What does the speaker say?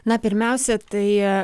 na pirmiausia tai